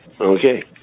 Okay